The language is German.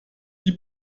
die